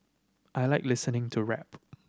I like listening to rap